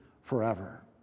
forever